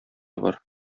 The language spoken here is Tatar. бар